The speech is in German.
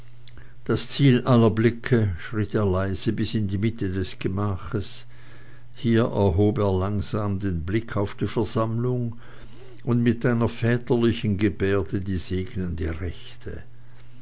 das ziel aller blicke schritt er leise bis in die mitte des gemaches hier erhob er langsam den blick auf die versammlung und mit einer väterlichen gebärde die segnende rechte